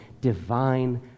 divine